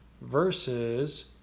versus